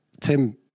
Tim